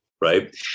right